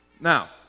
Now